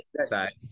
inside